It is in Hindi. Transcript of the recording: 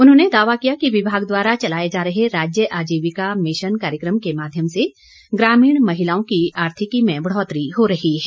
उन्होंने दावा किया कि विभाग द्वारा चलाए जा रहे राज्य आजीविका मिशन कार्यक्रम के माध्यम से ग्रामीण महिलाओं की आर्थिकी में बढ़ौतरी हो रही है